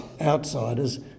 outsiders